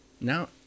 Now